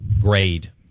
grade